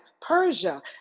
Persia